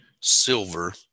silver